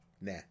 nah